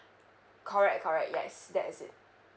correct correct yes that is it